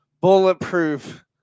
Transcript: bulletproof